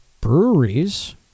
breweries